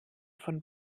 von